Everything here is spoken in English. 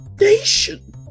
nation